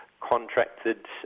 contracted